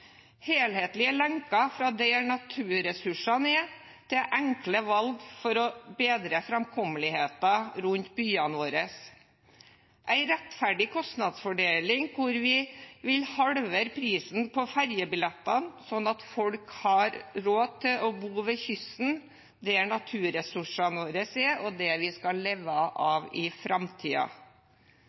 helhetlige lenker fra der naturressursene er, til enkle valg for å bedre framkommeligheten rundt byene våre og en rettferdig kostnadsfordeling hvor vi vil halvere prisen på fergebillettene, sånn at folk har råd til å bo ved kysten, der naturresursene våre og det vi skal leve av i